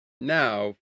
now